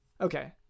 Okay